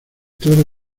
tres